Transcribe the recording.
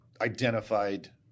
identified